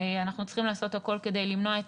אנחנו צריכים לעשות הכול כדי למנוע את